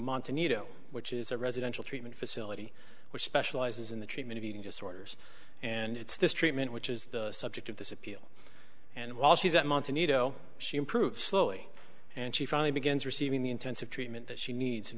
monta nido which is a residential treatment facility which specializes in the treatment of eating disorders and it's this treatment which is the subject of this appeal and while she's at monte nido she improves slowly and she finally begins receiving the intensive treatment that she needs in